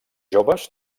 joves